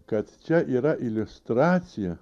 kad čia yra iliustracija